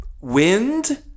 Wind